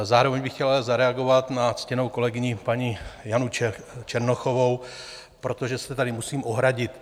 Zároveň bych chtěl ale zareagovat na ctěnou kolegyni paní Janu Černochovou, protože se tady musím ohradit.